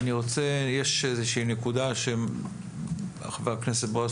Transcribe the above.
יש איזשהי נקודה שחבר הכנסת בועז